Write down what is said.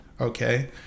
Okay